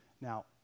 now